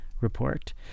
report